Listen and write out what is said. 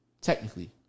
technically